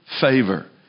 favor